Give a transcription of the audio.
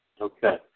Okay